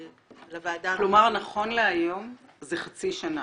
כלומר נכון להיום זה חצי שנה.